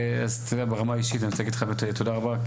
אז אתה יודע ברמה האישית אני רוצה להגיד לך תודה רבה,